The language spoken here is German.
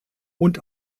und